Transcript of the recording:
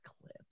clip